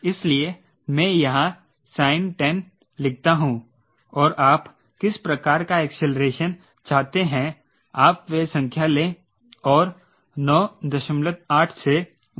इसलिए मैं यहां sin 10 लिखता हूं और आप किस प्रकार का एक्सेलरेशन चाहते हैं आप वह संख्या ले और 98 से भाग कर दें